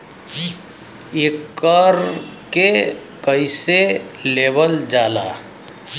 एकरके कईसे लेवल जाला?